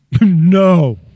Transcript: No